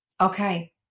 Okay